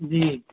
जी